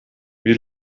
wie